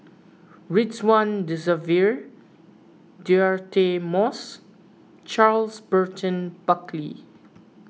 Ridzwan Dzafir Deirdre Moss Charles Burton Buckley